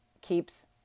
keeps